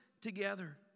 together